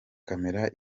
camera